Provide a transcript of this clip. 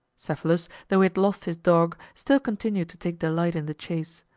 cephalus, though he had lost his dog, still continued to take delight in the chase.